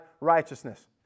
righteousness